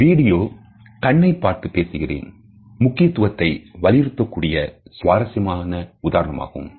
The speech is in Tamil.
இந்த வீடியோ கண்ணை பார்த்து பேசுகிறேன் முக்கியத்துவத்தை வலியுறுத்தக் கூடிய சுவாரசியமான உதாரணமாகும்